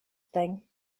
thing